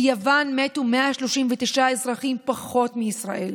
ביוון מתו 139 אזרחים פחות מישראל.